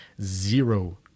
zero